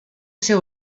seu